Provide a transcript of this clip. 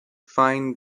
fine